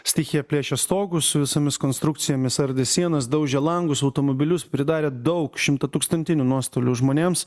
stichija plėšė stogus su visomis konstrukcijomis ardė sienas daužė langus automobilius pridarė daug šimtatūkstantinių nuostolių žmonėms